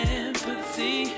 empathy